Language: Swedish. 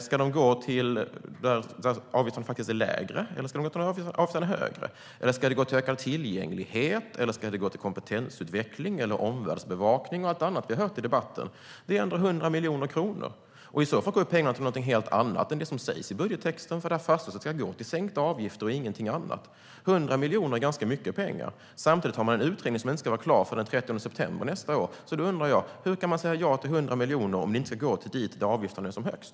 Ska de gå till de kommuner där avgiften är lägre eller där avgiften är högre? Eller ska de gå till ökad tillgänglighet, kompetensutveckling, omvärldsbevakning eller något annat av allt det som vi har hört om i debatten? Det är ändå 100 miljoner kronor. I så fall går pengarna till något helt annat än det som sägs i budgettexten, för där fastställs att de ska gå till sänkta avgifter och ingenting annat. 100 miljoner är ganska mycket pengar. Samtidigt har man en utredning som inte ska vara klar förrän den 30 september nästa år. Hur kan man säga ja till 100 miljoner om de inte ska gå till de kommuner där avgiften är som högst?